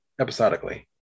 episodically